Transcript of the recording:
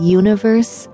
universe